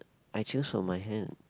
I choose from my hand